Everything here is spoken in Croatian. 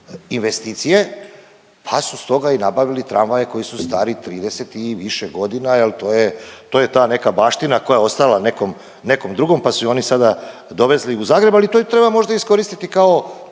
investicije pa su stoga i nabavili tramvaje koji su stari 30 i više godina jer to je ta neka baština koja je ostala nekom drugom pa su je oni sada dovezli u Zagreb, ali to i treba možda iskoristiti kao